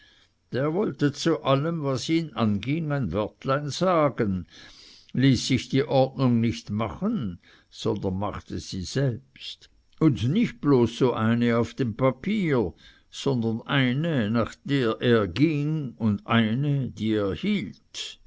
der wollte zu allem was ihn anging ein wörtlein sagen ließ sich die ordnung nicht machen sondern machte sie selbst und nicht bloß so eine auf dem papier sondern eine nach der er ging und eine die er hielt